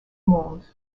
monde